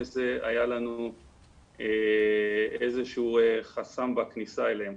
זה היה לנו איזה שהוא חסם בכניסה אליהם.